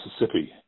Mississippi